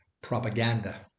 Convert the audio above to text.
propaganda